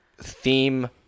theme